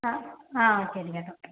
ആ ആ ഓക്കെ ശരി ചേട്ടാ